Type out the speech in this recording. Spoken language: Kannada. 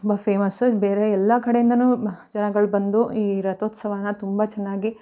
ತುಂಬ ಫೇಮಸ್ಸು ಇಲ್ಲಿ ಬೇರೆ ಎಲ್ಲ ಕಡೆಯಿಂದಾ ಜನಗಳು ಬಂದು ಈ ರಥೋತ್ಸವನ ತುಂಬ ಚೆನ್ನಾಗಿ